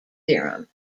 theorem